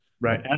Right